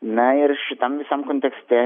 na ir šitam visam kontekste